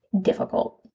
difficult